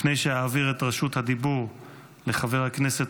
לפני שאעביר את רשות הדיבור לחבר הכנסת